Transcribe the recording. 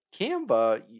Canva